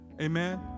amen